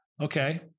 Okay